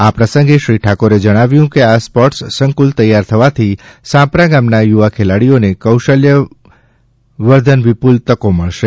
આ પ્રસંગે શ્રી ઠાકોરે જણાવ્યું કે આ સ્પોર્ટસ સંક્રલ તૈયાર થવાથી સાંપ્રા ગામના યુવા ખેલાડીઓને કૌશલ્ય વર્ધનની વિપુલ તકો મળશે